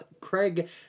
Craig